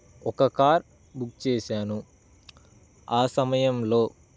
ఒక car book చేశాను ఆ సమయంలో